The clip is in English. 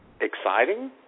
exciting